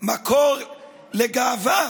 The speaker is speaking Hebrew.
מקור לגאווה